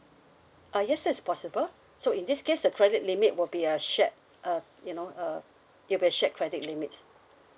uh yes it's possible so in this case the credit limit will be a shared uh you know uh it'll be a shared credit limit